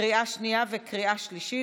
לקריאה שנייה וקריאה שלישית,